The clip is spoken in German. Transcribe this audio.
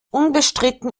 unbestritten